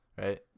right